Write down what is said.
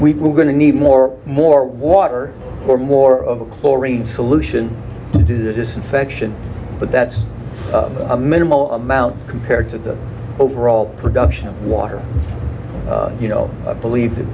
we are going to need more more water or more of a chlorine solution to the disinfection but that's a minimal amount compared to the overall production of water you know i believe